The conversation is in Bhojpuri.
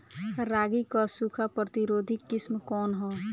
रागी क सूखा प्रतिरोधी किस्म कौन ह?